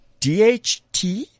DHT